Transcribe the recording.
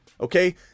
okay